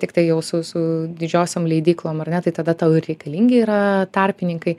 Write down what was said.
tiktai jau su su didžiosiom leidyklom ar ne tai tada tau ir reikalingi yra tarpininkai